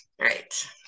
right